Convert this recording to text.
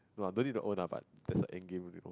no lah no need to own lah but just an end game only